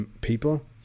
people